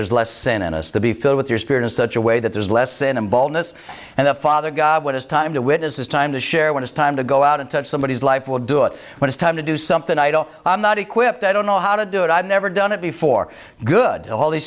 there is less sent in us to be filled with your spirit in such a way that there is less than a ball miss and the father god what is time to witness this time to share when it's time to go out and touch somebody's life will do it when it's time to do something i don't i'm not equipped i don't know how to do it i've never done it before good